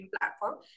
platform